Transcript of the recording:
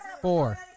four